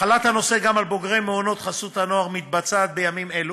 החלת הנושא גם על בוגרי מעונות חסות הנוער מתבצעת בימים אלו,